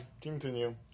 continue